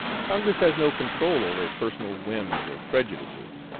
congress has no control over personal whims or prejudices.